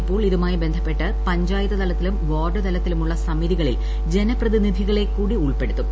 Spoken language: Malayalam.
ഇപ്പോൾ ഇതുമായി ബന്ധപ്പെട്ട പഞ്ചായത്തുതലത്തിലും വാർഡുതലത്തിലുമുള്ള സമിതികളിൽ ജനപ്രതിനിധികളെക്കൂടി ഉൾപ്പെടുത്തും